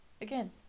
again